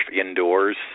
indoors